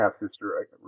half-sister